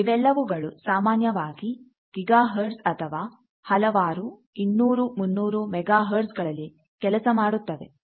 ಇವೆಲ್ಲವುಗಳು ಸಾಮಾನ್ಯವಾಗಿ ಗಿಗಾಹರ್ಟ್ಸ್ ಅಥವಾ ಹಲವಾರು 200 300 ಮೆಗಾಹರ್ಟ್ಸ್ ಗಳಲ್ಲಿ ಕೆಲಸ ಮಾಡುತ್ತವೆ